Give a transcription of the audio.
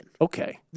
Okay